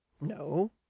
No